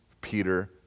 peter